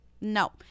no